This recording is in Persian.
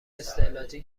استعلاجی